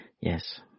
Yes